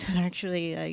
actually,